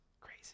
crazy